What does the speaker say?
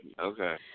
Okay